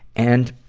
and,